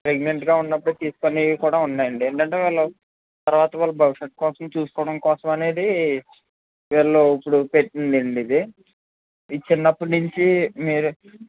ప్రెగ్నెంట్గా ఉన్నప్పుడే తీసుకునేవి కూడా ఉన్నాయండి ఏంటంటే వాళ్ళు తరువాత వాళ్ళ భవిష్యత్తు కోసం చూసుకోవడం కోసం అనేది వీళ్ళు ఇప్పుడు పెట్టింది అండి ఇది ఇది చిన్నప్పట్నుంచి మీరే